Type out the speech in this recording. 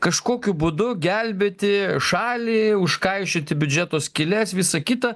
kažkokiu būdu gelbėti šalį užkaišioti biudžeto skyles visa kita